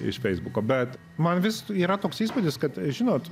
iš feisbuko bet man vis yra toks įspūdis kad žinot